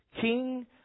king